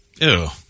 Ew